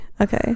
Okay